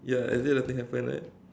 ya as if nothing happen like that